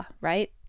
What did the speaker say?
right